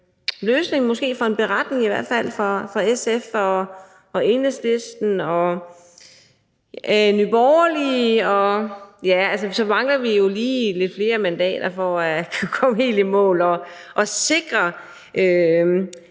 vi kan lave en beretning, i hvert fald fra SF's, Enhedslistens og Nye Borgerliges side. Så mangler vi jo lige lidt flere mandater for at kunne komme helt i mål og sikre